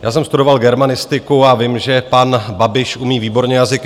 Já jsem studoval germanistiku a vím, že pan Babiš umí výborně jazyky.